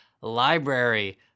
Library